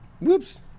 whoops